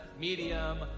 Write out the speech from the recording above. medium